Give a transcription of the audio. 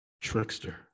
trickster